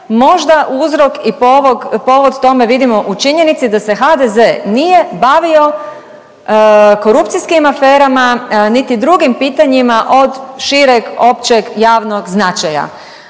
možda uzrok i povod tome vidimo u činjenici da se HDZ nije bavio korupcijskim aferama niti drugim pitanjima od šireg, općeg, javnog značaja.